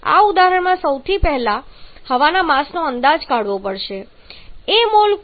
આ ઉદાહરણમાં આપણે સૌ પ્રથમ હવાના માસનો અંદાજ કાઢવો પડશે a મોલ હવા પૂરી પાડવામાં આવી છે